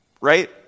right